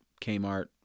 Kmart